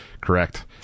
Correct